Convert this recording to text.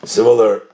Similar